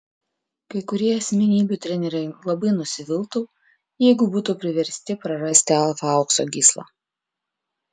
kai kurie asmenybių treneriai labai nusiviltų jeigu būtų priversti prarasti alfa aukso gyslą